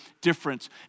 difference